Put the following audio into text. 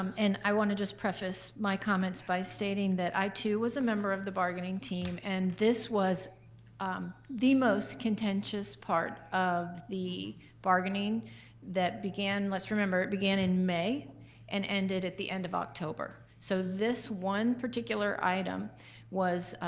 um and i want to just preface my comments by stating that i, too, was a member of the bargaining team and this was um the most contentious part of the bargaining that began. let's remember, it began in may and it ended at the end of october. so this one particular item was